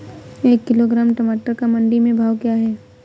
एक किलोग्राम टमाटर का मंडी में भाव क्या है?